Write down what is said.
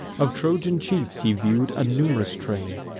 of trojan chiefs he view'd a num'rous train,